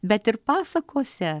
bet ir pasakose